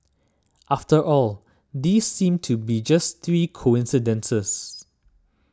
after all these seem to be just three coincidences